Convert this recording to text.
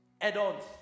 Add-ons